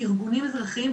ארגונים אזרחיים,